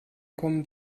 kommen